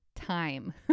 time